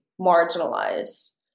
marginalized